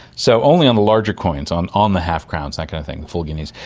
so only on the larger coins, on on the half crowns, that kind of thing, the full guineas,